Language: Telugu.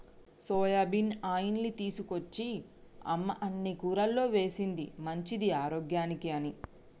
సోయాబీన్ ఆయిల్ని తీసుకొచ్చి అమ్మ అన్ని కూరల్లో వేశింది మంచిది ఆరోగ్యానికి అని